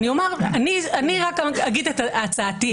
ואני רק אגיד את הצעתי.